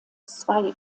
zwei